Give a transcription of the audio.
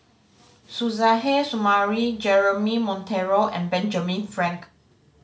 Suzairhe Sumari Jeremy Monteiro and Benjamin Frank